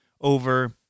over